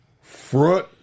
front